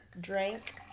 drink